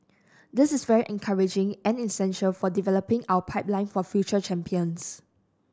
this is very encouraging and essential for developing our pipeline of future champions